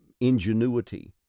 ingenuity